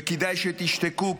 וכדאי שתשתקו,